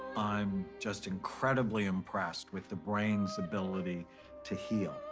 i'm just incredibly impressed with the brain's ability to heal.